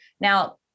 Now